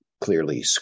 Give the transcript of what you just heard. clearly